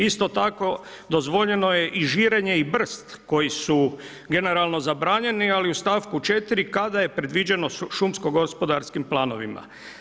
Isto tako, dozvoljeno je i žirenje i brst koji su generalno zabranjeni, ali u st. 4. kada je predviđeno šumsko-gospodarskim planovima.